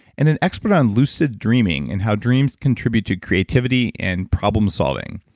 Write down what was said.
and an expert on lucid dreaming and how dreams contribute to creativity and problem solving.